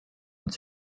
und